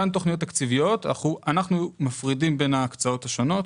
אנחנו מפרידים בין ההקצאות השונות